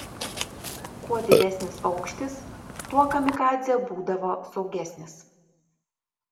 kuo didesnis aukštis tuo kamikadzė būdavo saugesnis